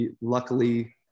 luckily